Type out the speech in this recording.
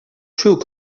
through